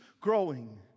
growing